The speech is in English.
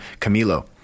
Camilo